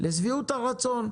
לשביעות הרצון.